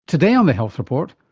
today on the health report,